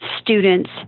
students